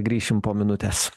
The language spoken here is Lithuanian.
grįšim po minutės